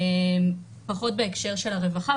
פחות בהקשר של הרווחה,